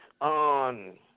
on